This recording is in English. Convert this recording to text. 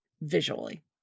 visually